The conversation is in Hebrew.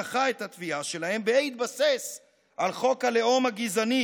דחה את התביעה שלהם בהתבסס על חוק הלאום הגזעני.